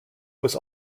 was